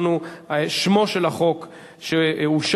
ובכן,